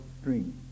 Stream